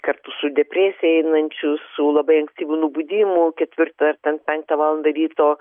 kartu su depresija einančius su labai ankstyvu nubudimu ketvirtą ar ten penktą valandą ryto